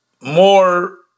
more